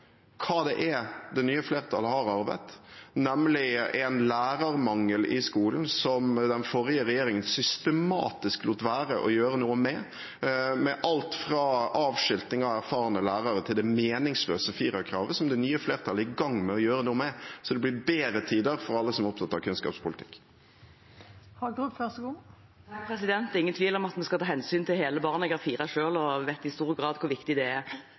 hva det er det nye flertallet har arvet, nemlig en lærermangel i skolen som den forrige regjeringen systematisk lot være å gjøre noe med, med alt fra avskilting av erfarne lærere til det meningsløse firerkravet, som det nye flertallet er i gang med å gjøre noe med. Så det blir bedre tider for alle som er opptatt av kunnskapspolitikk. Det er ingen tvil om at vi skal ta hensyn til hele barnet. Jeg har fire selv og vet i stor grad hvor viktig det er.